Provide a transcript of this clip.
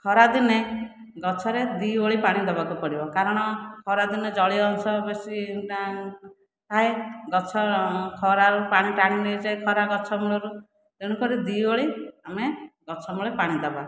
ଖରାଦିନେ ଗଛରେ ଦିଓଳି ପାଣି ଦେବାକୁ ପଡ଼ିବ କାରଣ ଖରାଦିନେ ଜଳୀୟ ଅଂଶ ବେଶୀ ଥାଏ ଗଛ ଖରାରୁ ପାଣି ଟାଣି ନେଇଯାଏ ଖରା ଗଛ ମୂଳରୁ ତେଣୁକରି ଦିଓଳି ଆମେ ଗଛମୂଳେ ପାଣିଦେବା